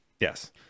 Yes